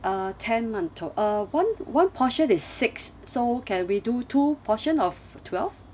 uh ten 馒头 uh one one portion is six so can we do two portion of twelve